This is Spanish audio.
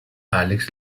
alex